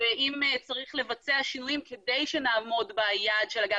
ואם צריך לבצע שינויים כדי שנעמוד ביעד של ה-